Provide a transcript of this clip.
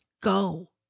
go